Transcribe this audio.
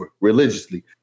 religiously